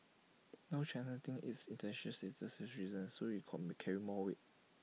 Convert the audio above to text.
now China thinks its International stature has risen so IT call may carry more weight